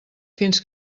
fins